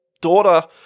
daughter